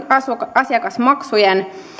asiakasmaksujen